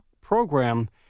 program